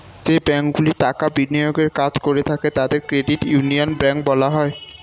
যে ব্যাঙ্কগুলি টাকা বিনিয়োগের কাজ করে থাকে তাদের ক্রেডিট ইউনিয়ন ব্যাঙ্ক বলা হয়